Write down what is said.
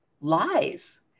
lies